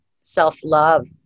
self-love